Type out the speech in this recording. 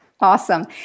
Awesome